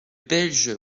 belge